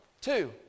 Two